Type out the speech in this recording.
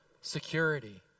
security